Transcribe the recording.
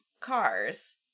cars